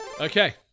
Okay